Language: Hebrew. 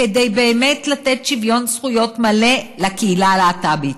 כדי באמת לתת שוויון זכויות מלא לקהילה הלהט"בית.